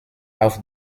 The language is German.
auf